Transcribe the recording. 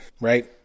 right